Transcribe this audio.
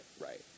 right